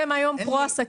אתם היום פרו-עסקים,